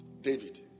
David